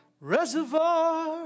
reservoir